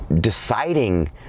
deciding